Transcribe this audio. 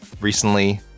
recently